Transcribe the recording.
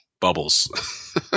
bubbles